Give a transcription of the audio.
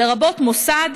לרבות מוסד,